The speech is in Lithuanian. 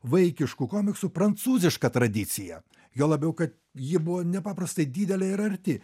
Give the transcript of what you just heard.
vaikiškų komiksų prancūzišką tradiciją juo labiau kad ji buvo nepaprastai didelė ir arti